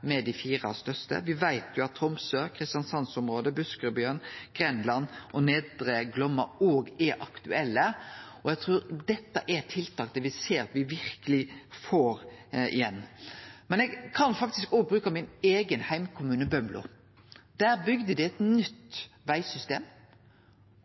med dei fire største. Me veit at Tromsø, Kristiansandsområdet, Buskerudbyen, Grenland og Nedre Glomma òg er aktuelle, og eg trur dette er tiltak der me ser at me verkeleg får igjen. Eg kan faktisk òg nemne min eigen heimkommune, Bømlo. Der bygde dei eit nytt vegsystem,